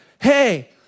Hey